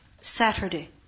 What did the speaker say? Saturday